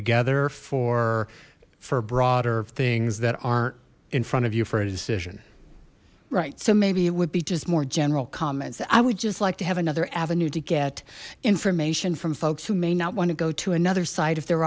together for for broader things that aren't in front of you for a decision right so maybe it would be just more general comments i would just like to have another avenue to get information from folks who may not want to go to another site if they're